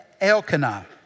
Elkanah